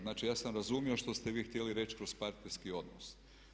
Znači, ja sam razumio što ste vi htjeli reći kroz partnerski odnos.